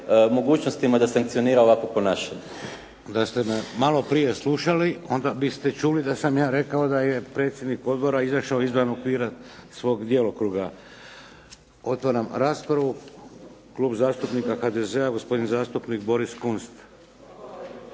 mogućnostima da sankcionira ovakvo ponašanje. **Šeks, Vladimir (HDZ)** Da ste me malo prije slušali, onda biste čuli da sam ja rekao da je predsjednik odbora izažao izvan okvira svog djelokruga. Otvaram raspravu. Klub zastupnika HDZ-a, gospodin zastupnik Boris Kunst.